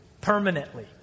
Permanently